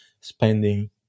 spending